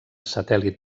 satèl·lit